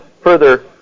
further